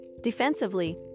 Defensively